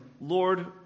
Lord